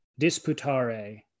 disputare